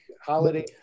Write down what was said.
Holiday